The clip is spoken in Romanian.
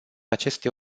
aceste